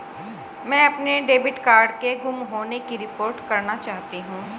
मैं अपने debit card के गुम होने की रिपोर्ट करना चाहती हूँ